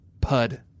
Pud